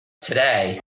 today